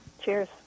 Cheers